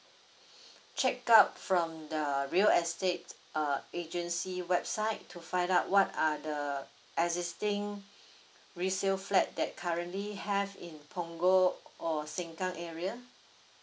check out from the real estate err agency website to find out what are the existing resale flat that currently have in punggol or sengkang area